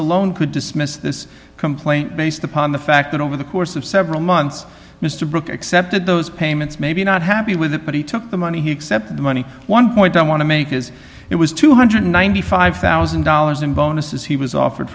alone could dismiss this complaint based upon the fact that over the course of several months mr brook accepted those payments maybe not happy with it but he took the money he accepted the money one dollar point i want to make is it was two hundred and ninety five thousand dollars in bonuses he was offered